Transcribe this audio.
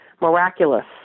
miraculous